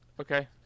okay